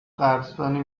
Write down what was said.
قدردانی